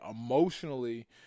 emotionally